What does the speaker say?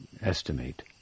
estimate